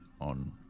on